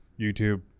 YouTube